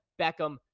Beckham